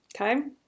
okay